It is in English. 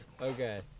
okay